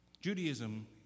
Judaism